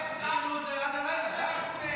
מה קורה איתך?